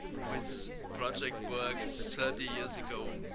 with project works thirty years ago.